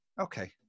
okay